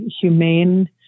humane